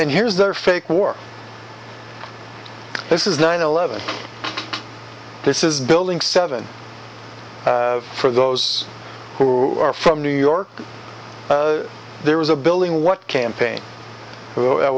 and here's their fake war this is nine eleven this is building seven for those who are from new york there was a building what campaign who